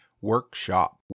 Workshop